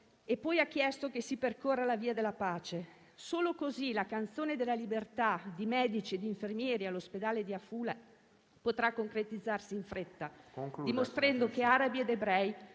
E poi ha chiesto che si percorra la via della pace. Solo così la canzone della libertà di medici ed infermieri all'ospedale di Afula potrà concretizzarsi in fretta, dimostrando che arabi ed ebrei